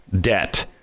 debt